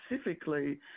specifically